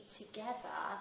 together